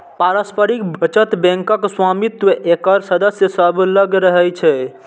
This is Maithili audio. पारस्परिक बचत बैंकक स्वामित्व एकर सदस्य सभ लग रहै छै